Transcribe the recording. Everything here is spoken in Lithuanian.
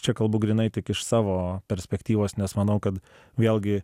čia kalbu grynai tik iš savo perspektyvos nes manau kad vėlgi